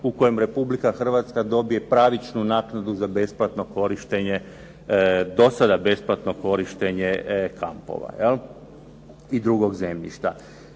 u kojem Republika Hrvatska dobije pravičnu naknadu za besplatno korištenje, do sada besplatno korištenje kampova i drugog zemljišta.